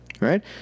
right